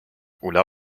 ulla